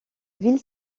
ville